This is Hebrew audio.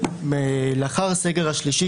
לאחר הסגר השלישי,